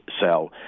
sell